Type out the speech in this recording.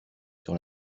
sur